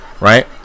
right